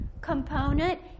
component